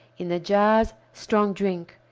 in the jars strong drink.